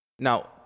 Now